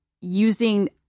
using